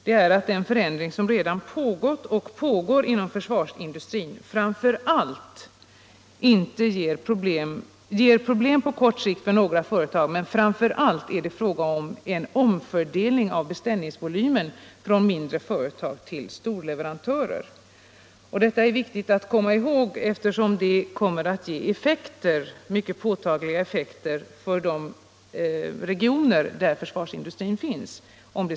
Den förändring som pågått och pågår inom försvarsindustrin ger problem på kort sikt för några företag, men framför allt är det fråga om en omfördelning från mindre företag till storleverantörer. Detta är viktigt att komma ihåg eftersom det ger mycket påtagliga effekter för de regioner där försvarsindustrin finns.